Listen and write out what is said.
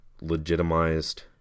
legitimized